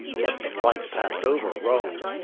but the flight passed over rome.